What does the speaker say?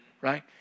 right